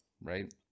right